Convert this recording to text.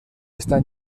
están